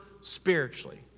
spiritually